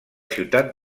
ciutat